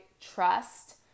trust